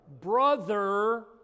Brother